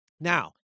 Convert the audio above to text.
Now